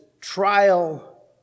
trial